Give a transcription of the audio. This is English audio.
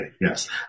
Yes